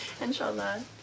Inshallah